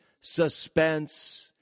suspense